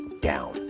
down